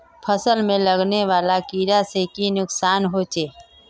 फसल में लगने वाले कीड़े से की नुकसान होचे?